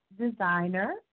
designer